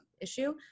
Issue